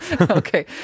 Okay